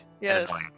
Yes